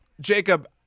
Jacob